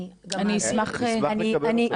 אני אשמח לקבל אותו.